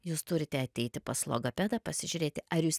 jūs turite ateiti pas logopedą pasižiūrėti ar jūs